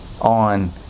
on